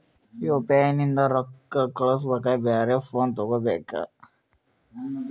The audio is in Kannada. ಯು.ಪಿ.ಐ ನಿಂದ ರೊಕ್ಕ ಕಳಸ್ಲಕ ಬ್ಯಾರೆ ಫೋನ ತೋಗೊಬೇಕ?